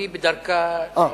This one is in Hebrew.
היא בדרכה למליאה.